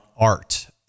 art